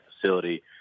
facility